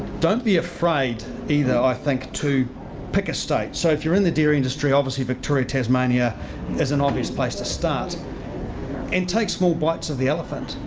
don't be afraid either, i think, to pick a state, so if you're in the dairy industry, obviously victoria, tasmania is an obvious place to start and take small bites of the elephant.